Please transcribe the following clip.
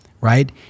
right